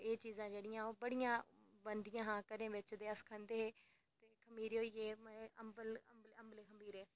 एह् चीजां जेह्ड़ियां बड़ियां बनदियां हियां घरें बिच ते अस खंदे हे खमीरे हो गे अम्बल अम्बले खमीरे